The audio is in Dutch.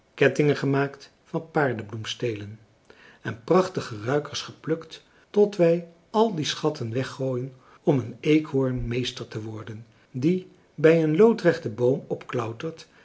kettingen gemaakt van paardenbloemstelen en prachtige ruikers geplukt tot wij al die schatten weggooien om een eekhoorn meester te worden die bij een loodrechten boom opklautert